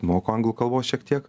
moku anglų kalbos šiek tiek